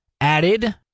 added